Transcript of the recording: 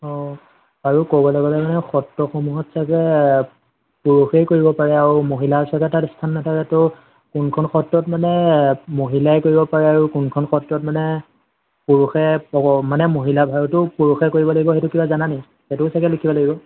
অঁ আৰু ক'বলে গ'লে মানে সত্ৰসমূহত চাগৈ পুৰুষেই কৰিব পাৰে আৰু মহিলাৰ চাগৈ তাত স্থান নাথাকে ত' কোনখন সত্ৰত মানে মহিলাই কৰিব পাৰে আৰু কোনখন সত্ৰত মানে পুৰুষে মহিলাৰ ভাওটোও পুৰুষে কৰিব লাগিব সেইটো কিবা জানা নেকি সেইটোও চাগৈ লিখিব লাগিব